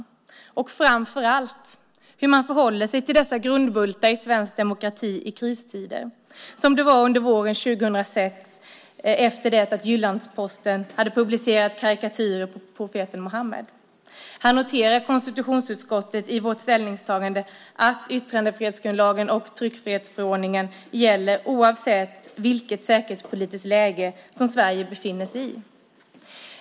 Det handlar framför allt om hur man förhåller sig till dessa grundbultar i svensk demokrati i kristider, som det var under våren 2006 efter det att Jyllands-Posten hade publicerat karikatyrer på profeten Muhammed. Här noterar konstitutionsutskottet i sitt ställningstagande att yttrandefrihetsgrundlagen och tryckfrihetsförordningen gäller oavsett vilket säkerhetspolitiskt läge som Sverige befinner sig i.